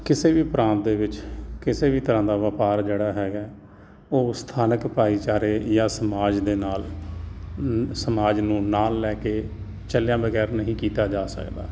ਕਿਸੇ ਵੀ ਪ੍ਰਾਂਤ ਦੇ ਵਿੱਚ ਕਿਸੇ ਵੀ ਤਰ੍ਹਾਂ ਦਾ ਵਪਾਰ ਜਿਹੜਾ ਹੈਗਾ ਉਹ ਸਥਾਨਕ ਭਾਈਚਾਰੇ ਜਾਂ ਸਮਾਜ ਦੇ ਨਾਲ ਸਮਾਜ ਨੂੰ ਨਾਲ ਲੈ ਕੇ ਚੱਲਿਆਂ ਬਗੈਰ ਨਹੀਂ ਕੀਤਾ ਜਾ ਸਕਦਾ